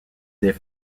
des